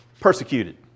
persecuted